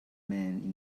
man